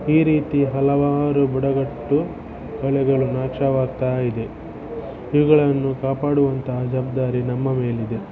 ಈ ರೀತಿ ಹಲವಾರು ಬುಡಕಟ್ಟು ಕಲೆಗಳು ನಾಶವಾಗ್ತಾಯಿದೆ ಇವುಗಳನ್ನು ಕಾಪಾಡುವಂತಹ ಜವಾಬ್ದಾರಿ ನಮ್ಮ ಮೇಲಿದೆ